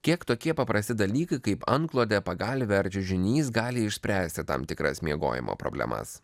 kiek tokie paprasti dalykai kaip antklodė pagalvė ar čiužinys gali išspręsti tam tikras miegojimo problemas